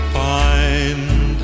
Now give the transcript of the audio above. find